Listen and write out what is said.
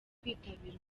kwitabira